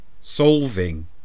solving